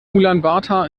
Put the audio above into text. ulaanbaatar